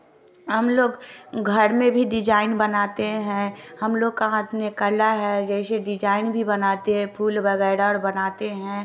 हम लोग घर में भी डिजाईन बनाते हैं हम लोग के हाथ में कला है जैसे डिजाईन भी बनाते हैं फूल वगैरह बनाते हैं